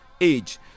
age